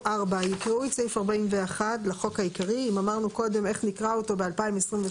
"יקראו את סעיף 41 לחוק העיקרי" - אם אמרנו קודם איך נקרא אותו ב-2026,